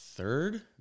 third